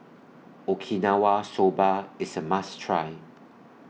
Okinawa Soba IS A must Try